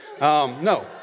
No